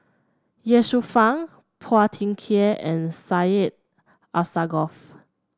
Ye Shufang Phua Thin Kiay and Syed Alsagoff